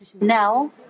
now